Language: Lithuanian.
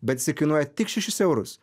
bet jisai kainuoja tik šešis eurus